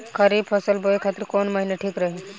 खरिफ फसल बोए खातिर कवन महीना ठीक रही?